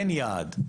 אין יעד.